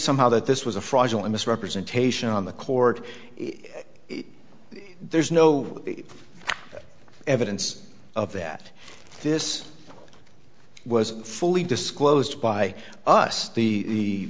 somehow that this was a fraudulent misrepresentation on the court there's no evidence of that this was fully disclosed by us the